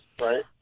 right